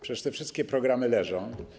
Przecież te wszystkie programy leżą.